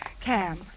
Cam